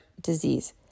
disease